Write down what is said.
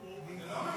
היא לא ממצה.